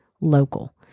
local